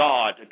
God